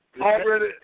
already